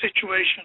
situation